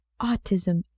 Autism